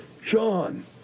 sean